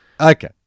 Okay